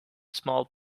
small